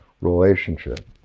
relationship